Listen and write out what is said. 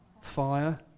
Fire